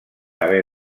haver